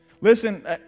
Listen